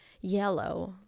yellow